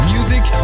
Music